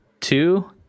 two